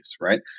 right